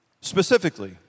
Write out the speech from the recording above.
specifically